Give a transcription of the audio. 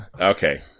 Okay